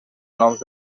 noms